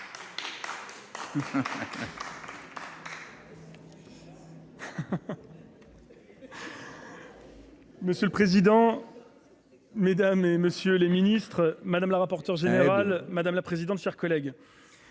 Monsieur le président, Mesdames et messieurs les Ministres, madame la rapporteure générale, madame la présidente, chers collègues,